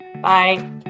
Bye